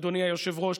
אדוני היושב-ראש,